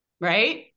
Right